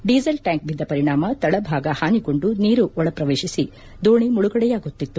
diesel tank ಬಿದ್ದ ಪರಿಣಾಮ ತಳಭಾಗ ಹಾನಿಗೊಂಡು ನೀರು ಒಳಪ್ರವೇತಿಸಿ ದೋಣಿ ಮುಳುಗಡೆಯಾಗುತ್ತಿತ್ತು